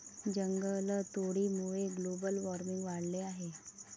जंगलतोडीमुळे global warming वाढले आहे